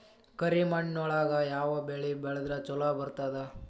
ಕರಿಮಣ್ಣೊಳಗ ಯಾವ ಬೆಳಿ ಬೆಳದ್ರ ಛಲೋ ಬರ್ತದ?